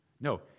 No